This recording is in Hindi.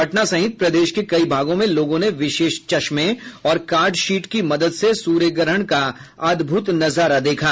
पटना सहित प्रदेश के कई भागों में लोगों ने विशेष चश्मे और कार्ड शीट की मदद से सूर्यग्रहण का अदभूत नजाना देखा